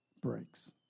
Breaks